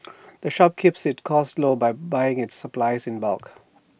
the shop keeps its costs low by buying its supplies in bulk